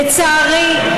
לצערי,